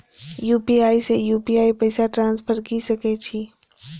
UPI से UPI पैसा transfer की सके छी?